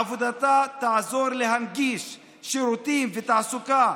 עבודתה תעזור להנגיש שירותים ותעסוקה